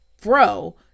bro